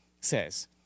says